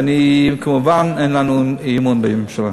ואני, כמובן, אין לנו, אי-אמון בממשלה.